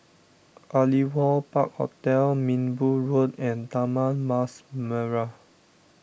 Aliwal Park Hotel Minbu Road and Taman Mas Merah